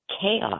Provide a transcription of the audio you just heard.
chaos